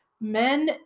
men